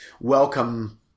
welcome